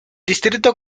distrito